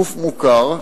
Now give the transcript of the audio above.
גוף מוכר.